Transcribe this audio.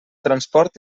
transport